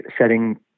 setting